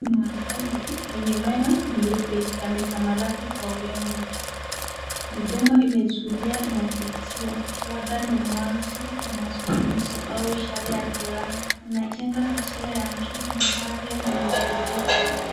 Mwanaume mwenye meno meupe yametamalaki kwa urembo. Midomo imetulia inavutia labda ni mwanzo wa mazungumzo au ishara ya furaha. Inajenga taswira ya mtu mwenye afya mwenye utulivu.